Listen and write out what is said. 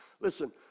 Listen